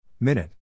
Minute